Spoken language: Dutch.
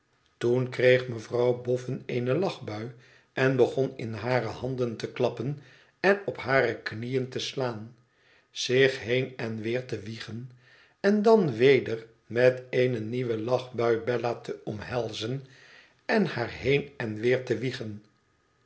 toen kreeg mevrouw boffin eene lachbui en begon in hare handen te klappen en op hare knieën te slaan zich heen en weer te wiegen en dan weder met eene nieuwe lachbui bella te omhelzen en haar heen en weer te wiegen